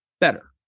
better